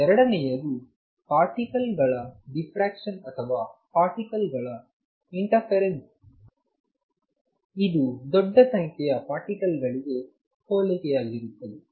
ಎರಡನೆಯದು ಪಾರ್ಟಿಕಲ್ ಗಳ ದಿಫ್ರಾಕ್ಷನ್ ಅಥವಾ ಪಾರ್ಟಿಕಲ್ಗಳ ಇಂಟರ್ಫೆರೆನ್ಸ್ ಇದು ದೊಡ್ಡ ಸಂಖ್ಯೆಯ ಪಾರ್ಟಿಕಲ್ ಗಳಿಗೆ ಹೋಲಿಕೆಯಾಗಿರುತ್ತದೆ